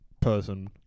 person